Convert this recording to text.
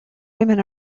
women